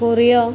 Korea